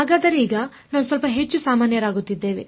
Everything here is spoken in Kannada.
ಹಾಗಾದರೆ ಈಗ ನಾವು ಸ್ವಲ್ಪ ಹೆಚ್ಚು ಸಾಮಾನ್ಯರಾಗುತ್ತಿದ್ದೇವೆ